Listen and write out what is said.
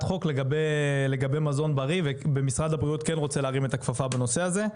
חוק לגבי מזון בריא ומשרד הבריאות כן רוצה להרים את הכפפה בנושא הזה.